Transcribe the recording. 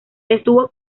estuvo